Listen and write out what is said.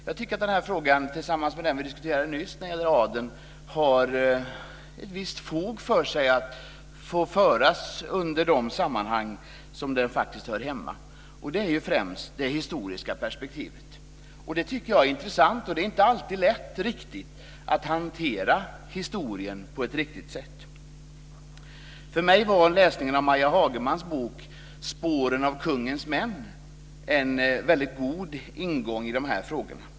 Jag tycker att den här frågan, tillsammans med den som vi diskuterade nyss när det gäller adeln, har ett visst fog för sig att få föras i de sammanhang där de faktiskt hör hemma, och det är främst det historiska perspektivet. Det tycker jag är intressant. Det är inte alltid riktigt lätt att hantera historien på ett riktigt sätt. För mig var läsningen av Maja Hagermans bok Spåren av kungens män en väldigt god ingång i de här frågorna.